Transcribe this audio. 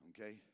okay